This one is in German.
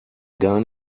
gar